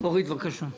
אורית פרקש-הכהן, בבקשה.